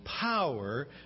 power